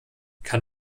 kann